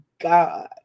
God